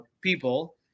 people